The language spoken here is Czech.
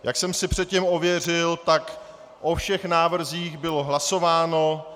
Jak jsem si předtím ověřil, tak o všech návrzích bylo hlasováno.